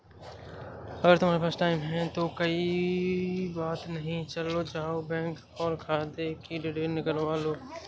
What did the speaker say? अगर तुम्हारे पास टाइम है तो कोई बात नहीं चले जाओ बैंक और खाते कि डिटेल निकलवा लो